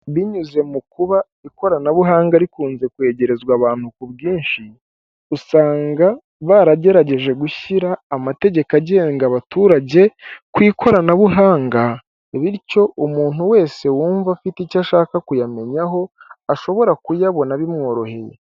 Binyuze mu kuba ikoranabuhanga rikunze kwegerezwa abantu ku bwinshi usanga baragerageje gushyira amategeko agenga abaturage ku ikoranabuhanga, bityo umuntu wese wumva afite icyo ashaka kuyamenya aho ashobora kuyabona bimworoheye.